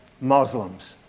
Muslims